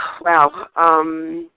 wow